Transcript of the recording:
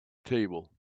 table